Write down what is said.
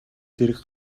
зэрэг